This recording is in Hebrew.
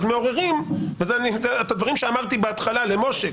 אז מעוררים את הדברים שאמרתי בהתחלה למשה.